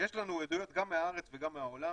יש לנו עדויות גם מהארץ וגם מהעולם